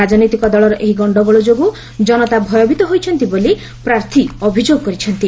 ରାଜନୈତିକ ଦଳର ଏହି ଗ୍ଷଗୋଳ ଯୋଗୁଁ ଜନତା ଭୟଭୀତ ହେଉଛନ୍ତି ବୋଲି ପ୍ରାର୍ଥୀ ଅଭିଯୋଗ କରିଛନ୍ତି